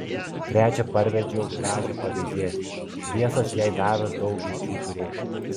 trečią parvedžiau gražią paveizėti biesas jai davęs daug genčių turėti